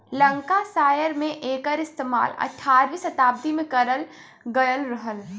Lancashire में एकर इस्तेमाल अठारहवीं सताब्दी में करल गयल रहल